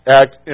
act